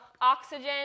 oxygen